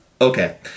okay